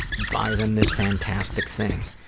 buy them this fantastic thing.